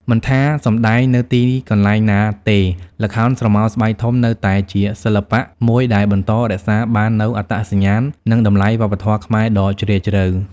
មិនថាសម្តែងនៅទីកន្លែងណាទេ ល្ខោនស្រមោលស្បែកធំនៅតែជាសិល្បៈមួយដែលបន្តរក្សាបាននូវអត្តសញ្ញាណ និងតម្លៃវប្បធម៌ខ្មែរដ៏ជ្រាលជ្រៅ។